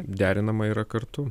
derinama yra kartu